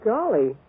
Golly